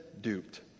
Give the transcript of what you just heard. duped